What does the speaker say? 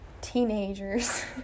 teenagers